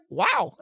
wow